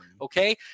okay